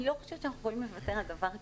אני לא חושבת שאנחנו יכולים לוותר על דבר כזה,